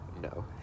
No